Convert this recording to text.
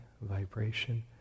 vibration